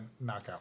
knockout